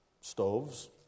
stoves